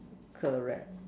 correct